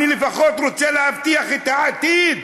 אני לפחות רוצה להבטיח את העתיד.